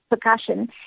percussion